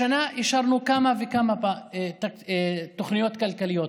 השנה אישרנו כמה וכמה תוכניות כלכליות.